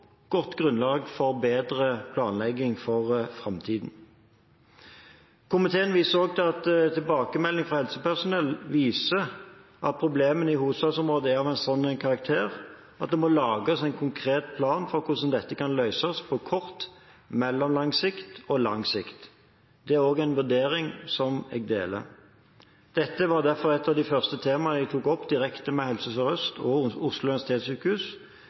godt grunnlag for bedre planlegging for framtiden. Komiteen viser også til at tilbakemeldinger fra helsepersonell viser at problemene i hovedstadsområdet er av en slik karakter at det må lages en konkret plan for hvordan dette kan løses på kort, mellomlang og lang sikt. Det er en vurdering som jeg deler. Derfor var dette et av de første temaene jeg tok opp direkte med Helse Sør-Øst og Oslo universitetssykehus